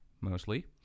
mostly